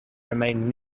remain